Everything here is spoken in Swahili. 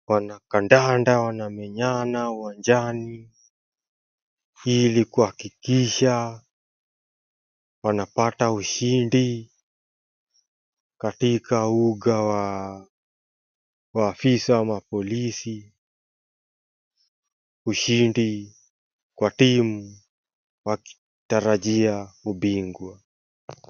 Wanakandanda wanamenyana uwanjani ili kuhakikisha wanapata ushindi katika uga wa afisa wa mapolisi. Ushindi kwa timu wakitarajia ubingwa.